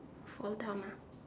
fall down ah